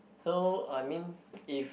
so I mean if